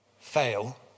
fail